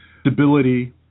stability